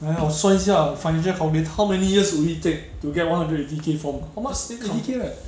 来我算一下 financial target how many years would it take to get one hundred eighty K for how much ten eighty K right